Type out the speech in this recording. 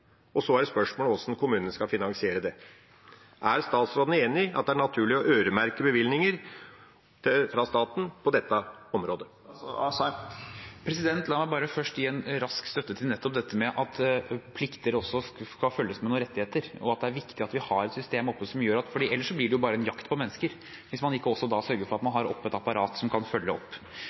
Så er spørsmålet hvordan kommunene skal finansiere det. Er statsråden enig i at det er naturlig å øremerke bevilgninger fra staten på dette området? La meg bare først gi en rask støtte til nettopp dette at plikter skal følges av rettigheter, ellers blir det bare en jakt på mennesker – hvis man ikke også sørger for å ha et apparat som kan følge opp. Jeg er nok mer kritisk enn representanten til å øremerke penger til kommunene Jeg tror det er bedre å gi frie inntekter, slik at de kan